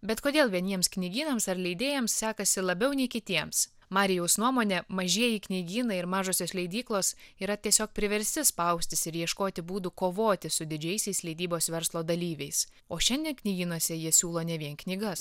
bet kodėl vieniems knygynams ar leidėjams sekasi labiau nei kitiems marijaus nuomone mažieji knygynai ir mažosios leidyklos yra tiesiog priversti spaustis ir ieškoti būdų kovoti su didžiaisiais leidybos verslo dalyviais o šiandien knygynuose jie siūlo ne vien knygas